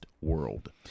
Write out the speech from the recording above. world